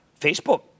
Facebook